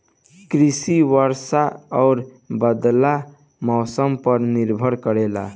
कृषि वर्षा और बदलत मौसम पर निर्भर करेला